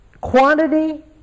quantity